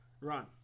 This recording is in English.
Run